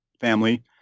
family